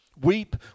Weep